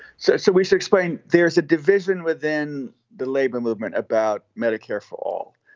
so so we should explain, there is a division within the labor movement about medicare for all.